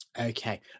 Okay